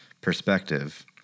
perspective